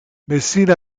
messina